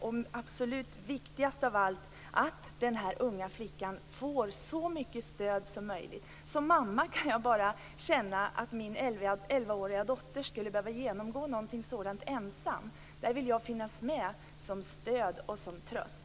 Det absolut viktigaste av allt är att den unga flickan får så mycket stöd som möjligt. Som mamma kan jag känna att min elvaåriga dotter inte skall behöva genomgå någonting sådant ensam. Jag vill finnas med som stöd och som tröst.